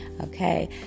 Okay